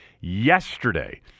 yesterday